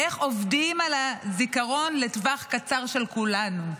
איך עובדים על הזיכרון לטווח קצר של כולנו.